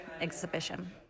exhibition